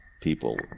people